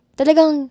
talagang